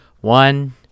one